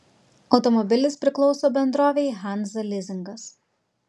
automobilis priklauso bendrovei hanza lizingas